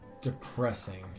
depressing